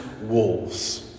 Wolves